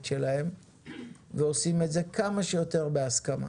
שלהם ועושים את זה כמה שיותר בהסכמה.